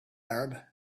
arab